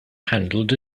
handled